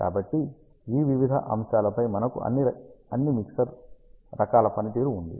కాబట్టి ఈ వివిధ అంశాలపై మనకు అన్ని మిక్సర్ రకాల పనితీరు ఉంది